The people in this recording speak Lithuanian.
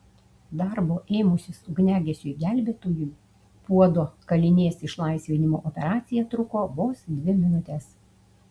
darbo ėmusis ugniagesiui gelbėtojui puodo kalinės išlaisvinimo operacija truko vos dvi minutes